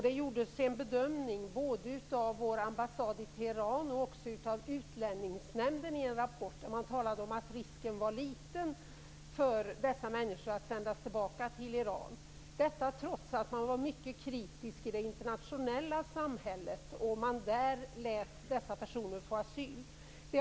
Det gjordes en bedömning både av vår ambassad i Teheran och av Utlänningsnämnden, och i en rapport talades det om att risken var liten för dessa människor att sändas tillbaka till Iran - detta trots att det internationella samfundet var mycket kritiskt.